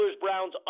Browns